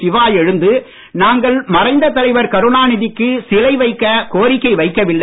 சிவா எழுந்து நாங்கள் மறைந்த தலைவர் கருணாநிதிக்கு சிலை வைக்க கோரிக்கை வைக்கவில்லை